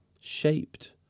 shaped